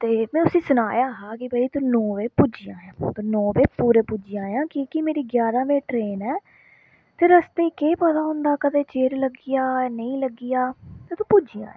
ते में उसी सनाया हा कि भई तू नौ बजे पुज्जी जायां ने बजे पूरे पुज्जी जायां कि के मेरी ग्यारहा बजे ट्रेन ऐ ते रस्ते च केह् पता होंदा कदें चेर लग्गी जा नेईं लग्गी जा ते तूं पुज्जी जायां